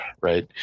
right